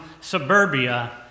suburbia